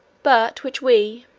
but which we,